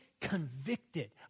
convicted